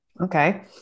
Okay